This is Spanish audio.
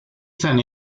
san